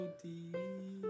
deep